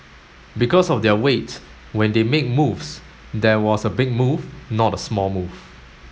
because of their weight when they make moves there was a big move not a small move